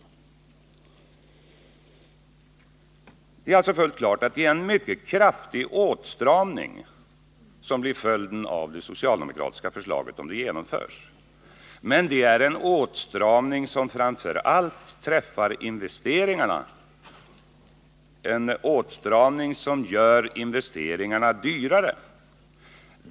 Om det socialdemokratiska förslaget genomförs skulle följden alltså bli en mycket kraftig åtstramning, en åtstramning som framför allt träffar investeringarna och gör dessa dyrare.